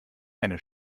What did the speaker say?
eine